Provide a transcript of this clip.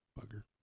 bugger